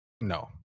no